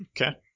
Okay